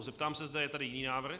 Zeptám se, zda je tady jiný návrh.